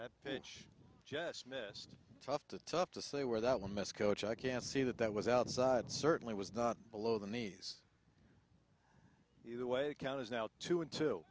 at pitch jess missed tough to tough to say where that will miss coach i can see that that was outside certainly was not below the knees either way account is now two and two